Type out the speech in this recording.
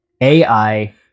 AI